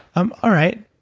um all right.